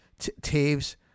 Taves